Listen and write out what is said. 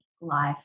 life